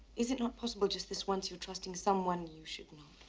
is it not possible just this once you're trusting someone you should not?